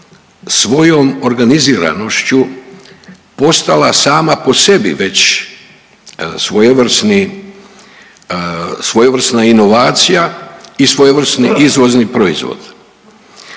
svojom organiziranošću postala sama po sebi već svojevrsni, svojevrsna inovacija i svojevrsni izvozni proizvod.